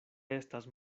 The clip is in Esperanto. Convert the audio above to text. estas